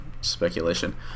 speculation